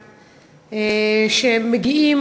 שמגיעים,